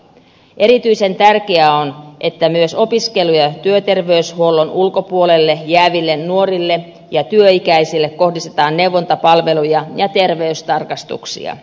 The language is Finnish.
erityisen tärkeää on että myös opiskelu ja työterveyshuollon ulkopuolelle jääville nuorille ja työikäisille kohdistetaan neuvontapalveluja ja terveystarkastuksia